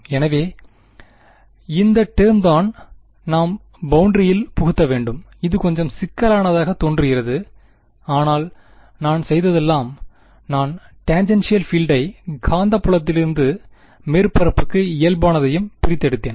எனவே எனவே இந்த டேர்மை தான் நாம் பௌண்டரியில் புகுத்த வேண்டும் இது கொஞ்சம் சிக்கலானதாகத் தோன்றுகிறது ஆனால் நான் செய்ததெல்லாம் நான் டேன்ஜெண்ஷியல் பீல்டை காந்த புலத்திலிருந்தும் மேற்பரப்புக்கு இயல்பானதையும் பிரித்தெடுத்தேன்